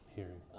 Hearing